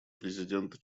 президента